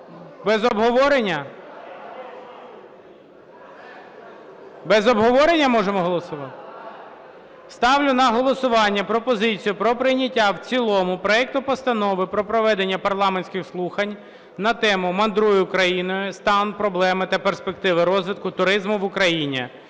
Без обговорення? Без обговорення можемо голосувати? Ставлю на голосування пропозицію про прийняття в цілому проекту Постанови про проведення парламентських слухань на тему: "Мандруй Україною: стан, проблеми та перспективи розвитку туризму в Україні"